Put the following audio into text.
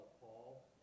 Paul